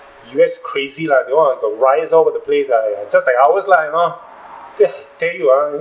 U_S crazy lah they all on the rise all over the place uh [aiya] it's just like ours lah you know that's tell you ah